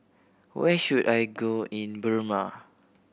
where should I go in Burma